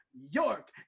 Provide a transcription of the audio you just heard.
York